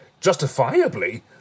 justifiably